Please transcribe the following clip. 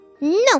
No